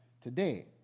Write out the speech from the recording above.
Today